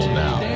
now